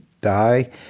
die